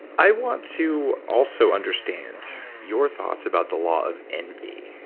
i want to also understand your thoughts about the law of envy,